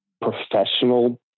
professional